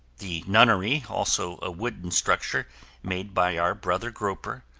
the nunnery, also a wooden structure made by our brother gropper,